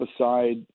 aside